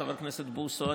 חבר הכנסת בוסו,